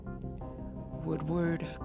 Woodward